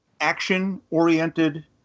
action-oriented